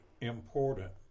important